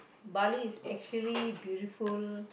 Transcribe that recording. Bali is actually beautiful